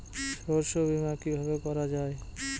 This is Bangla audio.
শস্য বীমা কিভাবে করা যায়?